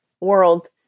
world